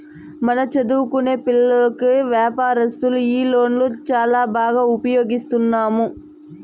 మన చదువుకొనే పిల్లోల్లకి వ్యాపారస్తులు ఈ లోన్లు చాలా బాగా ఉపయోగిస్తున్నాము